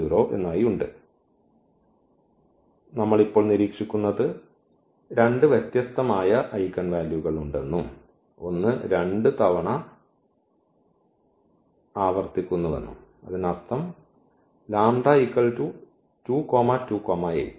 അതിനാൽ നമ്മൾ ഇപ്പോൾ നിരീക്ഷിക്കുന്നത് രണ്ട് വ്യത്യസ്തമായ ഐഗൻ വാല്യൂകൾ ഉണ്ടെന്നും ഒന്ന് 2 തവണ ആവർത്തിക്കുന്നുവെന്നും അതിനർത്ഥം λ 2 2 8